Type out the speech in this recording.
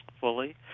fully